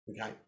okay